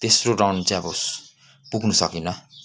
तेस्रो राउन्ड चाहिँ अब पुग्नु सकिनँ